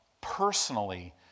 personally